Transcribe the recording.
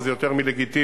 וזה יותר מלגיטימי,